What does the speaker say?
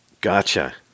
Gotcha